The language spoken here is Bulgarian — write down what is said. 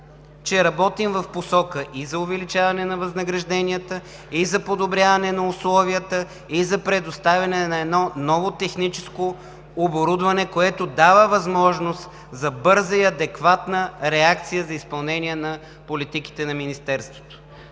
че работим в посока и за увеличаване на възнагражденията, и за подобряване на условията, и за предоставяне на едно ново техническо оборудване, което дава възможност за бърза и адекватна реакция за изпълнение на политиките на Министерството.